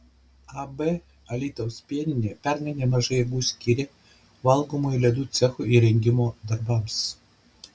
ab alytaus pieninė pernai nemažai jėgų skyrė valgomųjų ledų cecho įrengimo darbams